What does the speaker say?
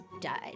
died